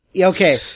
Okay